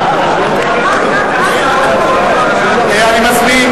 מסיעת קדימה יוצאים מאולם המליאה.) אני מזמין